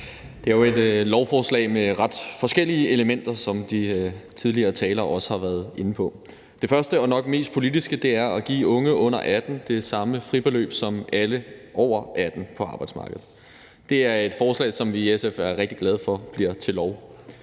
Det er jo et lovforslag med ret forskellige elementer, som de tidligere talere også har været inde på. Det første og nok mest politiske er at give unge under 18 år det samme fribeløb som alle over 18 år på arbejdsmarkedet. Det er et forslag, som vi i SF er rigtig glade for bliver til lov.